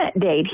date